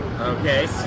okay